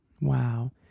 Wow